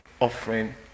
offering